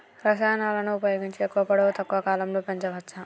రసాయనాలను ఉపయోగించి ఎక్కువ పొడవు తక్కువ కాలంలో పెంచవచ్చా?